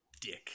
dick